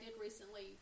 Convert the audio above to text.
recently